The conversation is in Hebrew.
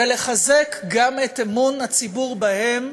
ולחזק גם את אמון הציבור בהם.